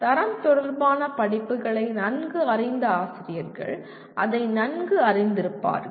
தரம் தொடர்பான படிப்புகளை நன்கு அறிந்த ஆசிரியர்கள் அதை நன்கு அறிந்திருப்பார்கள்